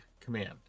command